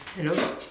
hello